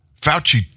Fauci